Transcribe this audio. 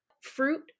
fruit